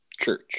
church